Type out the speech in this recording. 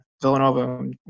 Villanova